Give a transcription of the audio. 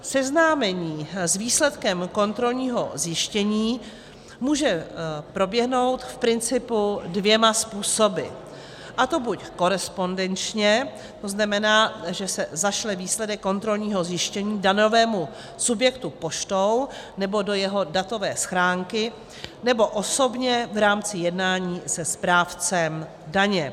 Seznámení s výsledkem kontrolního zjištění může proběhnout v principu dvěma způsoby, a to buď korespondenčně, to znamená, že se zašle výsledek kontrolního zjištění daňovému subjektu poštou, nebo do jeho datové schránky, nebo osobně v rámci jednání se správcem daně.